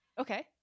Okay